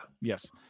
yes